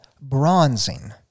bronzing